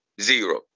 Zero